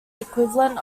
equivalent